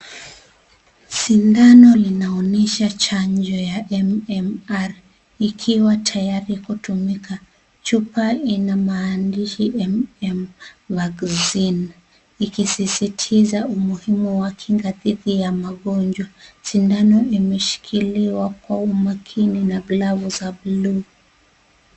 Sindano linaonyesha chanjo ya MMR ikiwa tayari kutumika. Chupa ina maandishi MM [ cs] vaccine ikisisitisa umuhimu wa Kinga dhidi ya Magonjwa. Sindano imeshikiliwa kwa umakini na glavu za buluu.